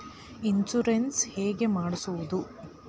Insurance ಹೇಗೆ ಮಾಡಿಸುವುದು?